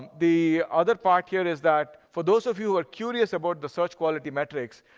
the other part here is that for those of you who are curious about the search quality metrics,